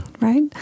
right